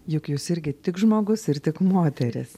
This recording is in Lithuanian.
juk jūs irgi tik žmogus ir tik moteris